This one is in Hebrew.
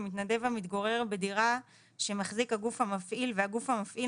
למתנדב המתגורר בדירה שמחזיק הגוף המפעיל והגוף המפעיל